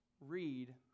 read